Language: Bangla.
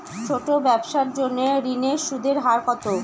ছোট ব্যবসার জন্য ঋণের সুদের হার কত?